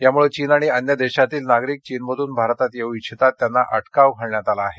यामुळ चीन आणि अन्य देशातील नागरिक चीनमधून भारतात येऊ इच्छितात त्यांना अटकाव घालण्यात आला आहे